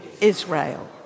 Israel